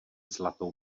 zlatou